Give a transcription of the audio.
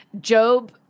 Job